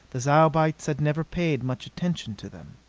the zyobites had never paid much attention to them.